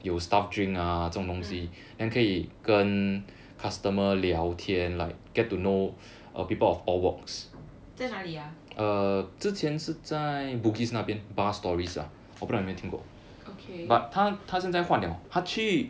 mm 在哪里啊 okay